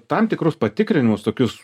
tam tikrus patikrinimus tokius